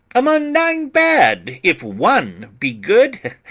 among nine bad if one be good,